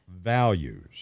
values